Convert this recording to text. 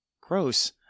Gross